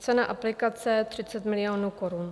Cena aplikace 30 milionů korun.